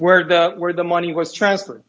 where the where the money was transferred